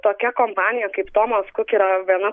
tokia kompanija kaip tomas kuk yra viena